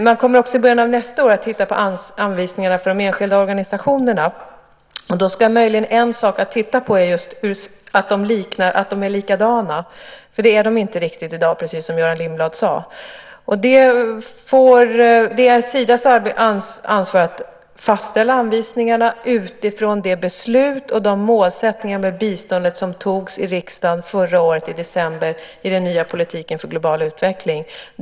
I början av nästa år kommer man också att titta på anvisningarna för de enskilda organisationerna. En sak att då titta på är just att de är likadana. Så är det inte riktigt i dag, precis som Göran Lindblad sade. Det är Sidas ansvar att fastställa anvisningarna utifrån det beslut och de målsättningar för biståndet som i december förra året togs i riksdagen i fråga om den nya politiken för global utveckling.